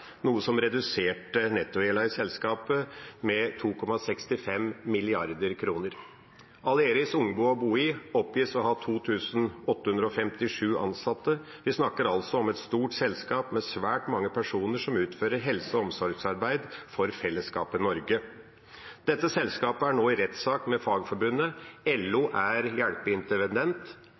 noe som reduserte nettogjelda i selskapet med 2,65 mrd. kr. Aleris Ungplan & BOI oppgis å ha 2 857 ansatte – vi snakker altså om et stort selskap med svært mange personer som utfører helse- og omsorgsarbeid for fellesskapet Norge. Dette selskapet er nå i rettssak med Fagforbundet. LO er